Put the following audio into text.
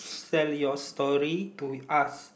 sell your story to us